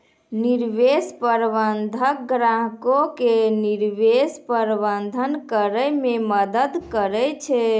निवेश प्रबंधक ग्राहको के निवेश प्रबंधन करै मे मदद करै छै